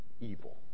Evil